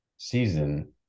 season